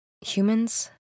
Humans